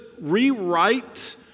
rewrite